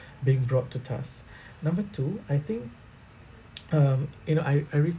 being brought to task number two I think um you know I I read